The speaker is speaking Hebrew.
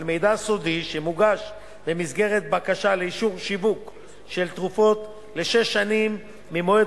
מידע סודי שמוגש במסגרת בקשה לאישור שיווק של תרופות לשש שנים ממועד